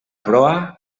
proa